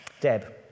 Deb